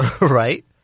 Right